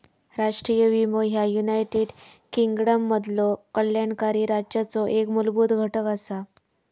राष्ट्रीय विमो ह्या युनायटेड किंगडममधलो कल्याणकारी राज्याचो एक मूलभूत घटक असा